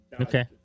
Okay